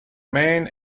main